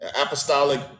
Apostolic